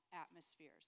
atmospheres